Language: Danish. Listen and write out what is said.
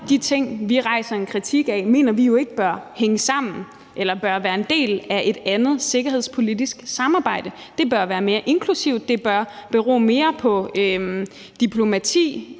de ting, vi rejser en kritik af, mener vi ikke bør hænge sammen, eller vi mener, at de bør være en del af et andet sikkerhedspolitisk samarbejde. Det bør være mere inklusivt. Det bør bero mere på diplomati